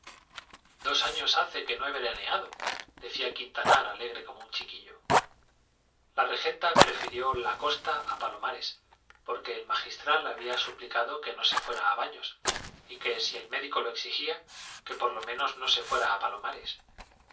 dos años hace que no he veraneado decía quintanar alegre como un chiquillo la regenta prefirió la costa a palomares porque el magistral había suplicado que no se fuera a baños y que si el médico lo exigía que por lo menos no se fuera a palomares